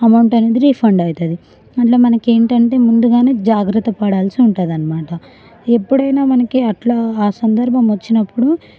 amount అనేది refund అవుతుంది మళ్ళీ మనకేంటి అంటే ముందుగానే జాగ్రత్త పడాల్సి ఉంటుంది అనమాట ఎప్పుడైనా మనకి అట్లా ఆ సందర్భం వచ్చినప్పుడు